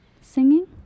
Singing